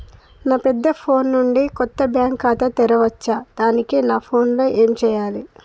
నా పెద్ద ఫోన్ నుండి కొత్త బ్యాంక్ ఖాతా తెరవచ్చా? దానికి నా ఫోన్ లో ఏం చేయాలి?